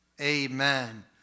Amen